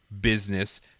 business